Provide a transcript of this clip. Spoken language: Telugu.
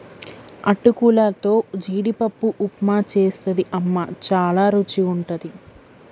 అటుకులతో జీడిపప్పు ఉప్మా చేస్తది అమ్మ చాల రుచిగుంటది